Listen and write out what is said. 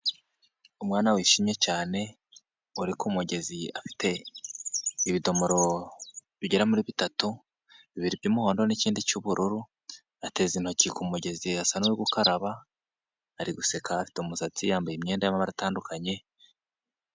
Umwana wishimye cyane uri ku kumugezi afite ibidomoro bigera muri bitatu, bibiri by'umuhondo n'ikindi cy'ubururu, ateze intoki ku mugezi asa n'uri gukaraba, ari guseka afite umusatsi, yambaye imyenda y'amabara atandukanye.